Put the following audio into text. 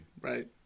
Right